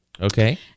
Okay